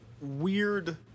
weird